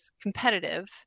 competitive